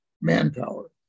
manpower